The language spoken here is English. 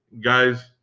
Guys